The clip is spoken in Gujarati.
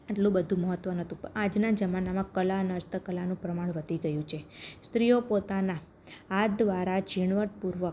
એટલું બધું મહત્ત્વ નહોતું પણ આજના જમાનામાં કલા અને હસ્તકલાનું પ્રમાણ વધી રહ્યું છે સ્ત્રીઓ પોતાના હાથ દ્વારા ઝીણવટ પૂર્વક